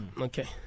Okay